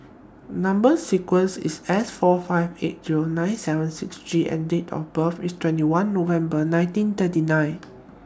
Number sequence IS S four five eight Zero seven nine six G and Date of birth IS twenty one November nineteen thirty nine